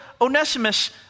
Onesimus